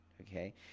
Okay